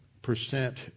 percent